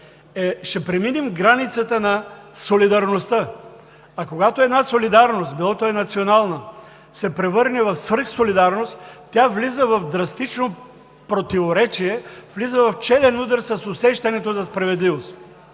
да преминем границите на солидарността. А когато една солидарност, било то национална, се превърне в свръхсолидарност, тя влиза в драстично противоречие, влиза в челен удар с усещането за справедливост.